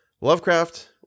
Lovecraft